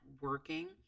working